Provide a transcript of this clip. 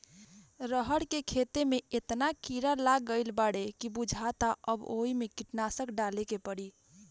रहर के खेते में एतना कीड़ा लाग गईल बाडे की बुझाता अब ओइमे कीटनाशक डाले के पड़ी